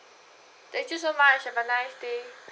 thank you so much have a nice day